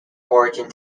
origin